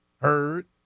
heard